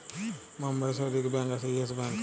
বোম্বাই শহরে ইক ব্যাঙ্ক আসে ইয়েস ব্যাঙ্ক